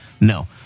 No